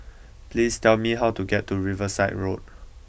please tell me how to get to Riverside Road